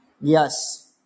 yes